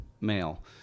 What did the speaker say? male